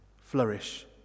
flourish